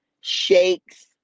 shakes